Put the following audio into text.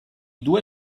due